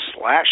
slash